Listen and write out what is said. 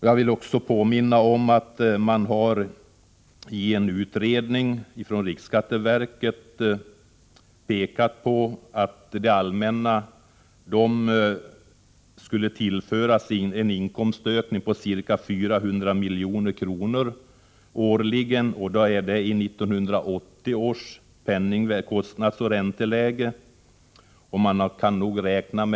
Jag vill också påminna om att man i en utredning som gjorts inom riksskatteverket har kommit fram till att det allmänna, om förslaget genomförs, skulle tillföras en inkomstökning på ca 400 milj.kr. årligen räknat i 1980 års kostnadsoch ränteläge.